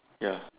ya